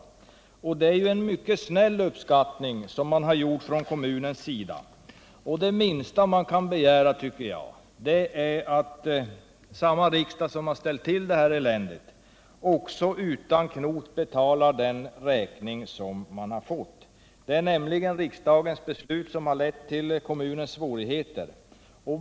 Kommunen har här gjort en mycket snäll uppskattning, och det minsta man enligt min mening kan begära är att samma riksdag som ställt till det här eländet också utan knot betalar räkningen för det. Det är nämligen riksdagens beslut som har föranlett kommunens svårigheter.